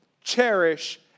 cherish